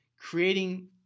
creating